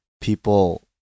people